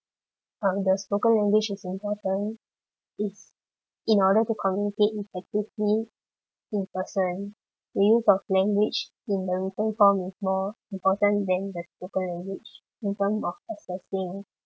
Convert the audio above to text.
um the spoken language is important in order to communicate effectively to a person the use of language in the written form is more important than the spoken language in terms of assessing